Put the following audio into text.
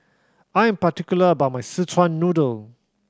I am particular about my Szechuan Noodle